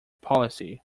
policy